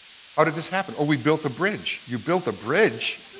how did this happen? oh, we built a bridge. you built a bridge?